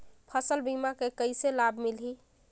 फसल बीमा के कइसे लाभ मिलही?